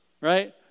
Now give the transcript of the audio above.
right